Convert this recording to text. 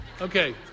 Okay